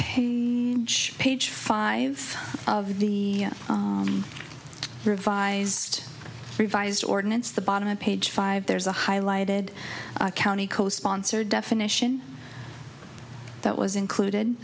pay page five of the revised revised ordinance the bottom of page five there's a highlighted county co sponsored definition that was included